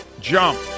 jump